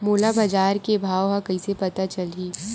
मोला बजार के भाव ह कइसे पता चलही?